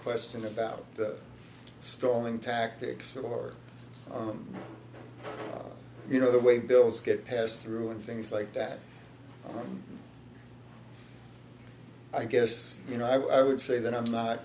question about stalling tactics or you know the way bills get passed through and things like that i guess you know i would say that i'm not